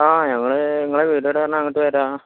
ആ ഞങ്ങൾ നിങ്ങളുടെ വീട് എവിടെ ആണെന്ന് പറഞ്ഞാൽ അങ്ങോട്ട് വരാം